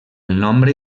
nombre